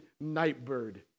nightbird